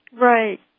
Right